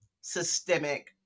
systemic